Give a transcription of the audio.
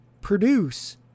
produce